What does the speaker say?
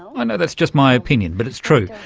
i know that's just my opinion, but it's true.